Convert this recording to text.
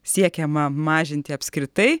siekiama mažinti apskritai